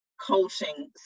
coaching